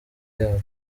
yabo